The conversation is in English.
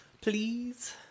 Please